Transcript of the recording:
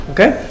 Okay